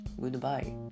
Goodbye